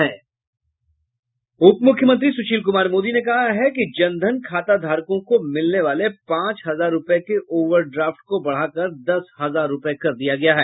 उप मुख्यमंत्री सुशील कुमार मोदी ने कहा है कि जन धन खाताधारकों को मिलने वाले पांच हजार रूपये के ओवर ड्राफ्ट को बढ़ाकर दस हजार रूपये कर दिया गया है